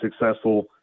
successful